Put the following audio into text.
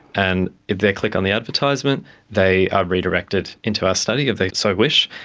and if they click on the advertisement they are redirected into our study, if they so wish,